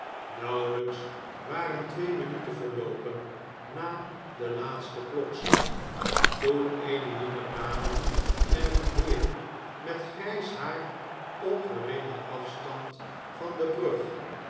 nauwelijks waren twee minuten verloopen naden laatsten klokslag toen eene jonge dame en een heer met grijs haar op geringen afstand van de brug